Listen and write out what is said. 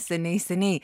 seniai seniai